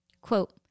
Quote